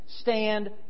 stand